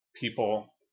people